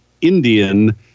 Indian